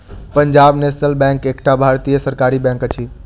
Punjab national bank एकटा भारतीय सरकारी बैंक अछि